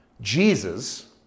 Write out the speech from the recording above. Jesus